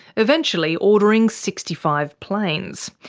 eventually ordering sixty five planes.